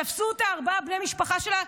תפסו אותה ארבעה בני משפחה שלה,